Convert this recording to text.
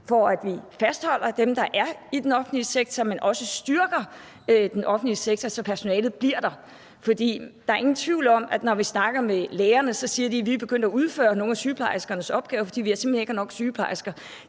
for at vi fastholder dem, der er i den offentlige sektor, men også styrker den offentlige sektor, så personalet bliver der. For der er ingen tvivl om, at når vi snakker med lægerne, så siger de, at de er begyndt at udføre nogle af sygeplejerskernes opgaver, fordi de simpelt hen ikke har nok sygeplejersker.